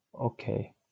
Okay